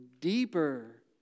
deeper